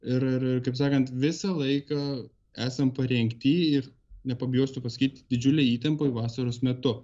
irir kaip sakant visą laiką esam parengty ir nepabijosiu pasakyti didžiulėj įtampoj vasaros metu